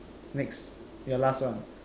next your last one